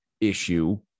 issue